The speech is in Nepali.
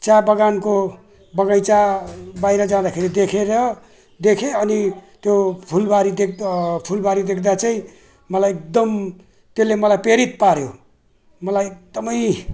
चिया बगानको बगैँचा बाहिर जाँदाखेरि देखेर देखेँ अनि त्यो फुलबारी देख्दा फुलबारी देख्दा चाहिँ मलाई एकदम त्यसले मलाई प्रेरित पार्यो मलाई एकदम